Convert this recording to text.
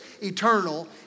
eternal